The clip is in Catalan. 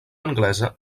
anglesa